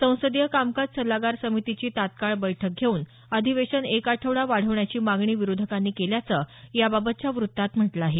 संसदीय कामकाज सल्लागार समितीची तत्काळ बैठक घेऊन अधिवेशन एक आठवडा वाढवण्याची मागणी विरोधकांनी केल्याचं याबाबतच्या वृत्तात म्हटलं आहे